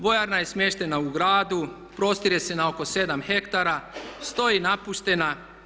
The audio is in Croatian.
Vojarna je smještena u gradu, prostire se na oko 7 hektara, stoji napuštena.